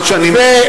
מה שאני מציע,